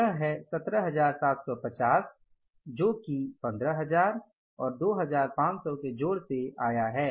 यह है 17750 जो कि 15000 और 2500 के जोड़ से आया है